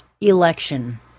election